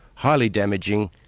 highly damaging,